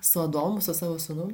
su adomu su savo sūnum